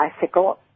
bicycle